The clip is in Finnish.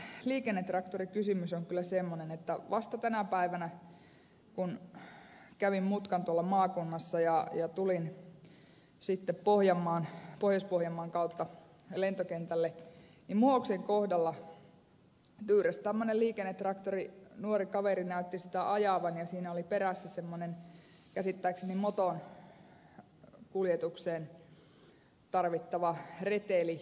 sitten tämä liikennetraktorikysymys on kyllä semmoinen että vasta tänä päivänä kun kävin mutkan tuolla maakunnassa ja tulin pohjois pohjanmaan kautta lentokentälle muhoksen kohdalla tyyräsi tämmöinen liikennetraktori nuori kaveri näytti sitä ajavan ja siinä oli perässä semmoinen käsittääkseni moton kuljetukseen tarvittava reteli